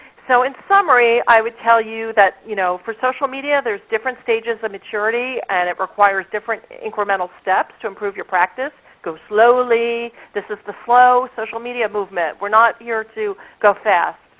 so, in summary i would tell you that you know for social media there's different stages of maturity and it requires different incremental steps to improve your practice. go slowly. this is the slow social media movement. we're not here to go fast.